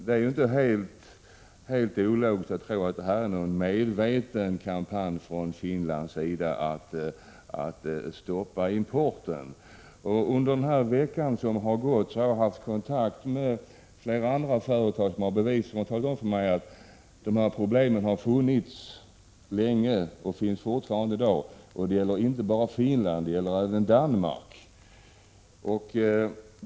Det är inte helt ologiskt att tro att det är en medveten kampanj från Finland för att stoppa importen. Under den vecka som har gått har jag haft kontakt med flera andra företag som har talat om för mig att dessa problem har funnits länge och fortfarande finns. Det gäller inte bara Finland utan även Danmark.